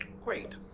Great